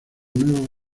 nueva